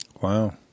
Wow